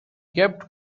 kept